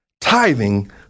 tithing